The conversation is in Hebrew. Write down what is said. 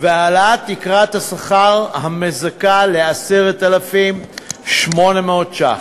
והעלאת תקרת השכר המזכה ל-10,800 ש"ח.